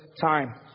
time